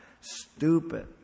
stupid